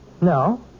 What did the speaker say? No